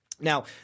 Now